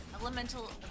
elemental